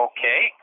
Okay